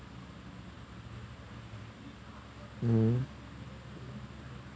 mm